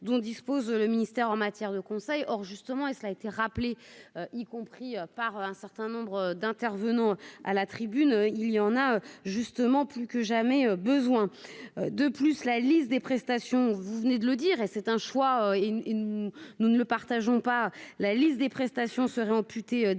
dont dispose le ministre. C'est en matière de conseil or justement, et cela a été rappelé, y compris par un certain nombre d'un. Intervenant à la tribune, il y en a, justement, plus que jamais besoin de plus la liste des prestations, vous venez de le dire, et c'est un choix et une, nous ne le partageons pas la liste des prestations seraient en